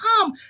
come